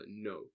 no